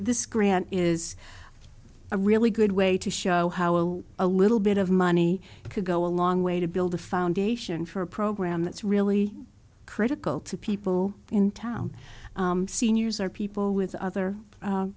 this grant is a really good way to show how well a little bit of money could go a long way to build a foundation for a program that's really critical to people in town seniors or people with other